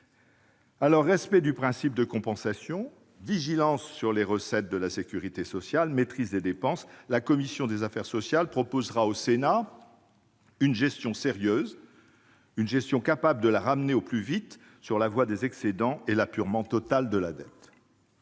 Alors, respect du principe de compensation, vigilance sur les recettes de la sécurité sociale, maîtrise de ses dépenses : la commission des affaires sociales proposera au Sénat une gestion sérieuse et capable de ramener la sécurité sociale au plus vite sur la voie des excédents et de l'apurement total de sa dette.